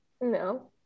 No